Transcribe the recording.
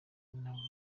navutse